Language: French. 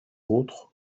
autres